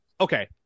Okay